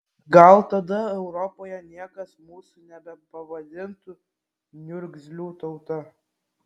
gal tada europoje niekas mūsų nebepavadintų niurgzlių tauta